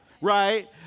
right